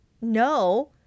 No